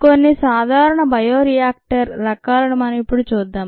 కొన్ని సాధారణ బయోరియాక్టర్ రకాలను మనం ఇప్పుడు చూద్దాం